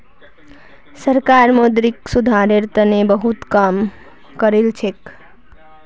सरकार मौद्रिक सुधारेर तने बहुत काम करिलछेक